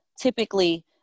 Typically